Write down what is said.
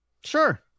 Sure